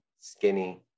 skinny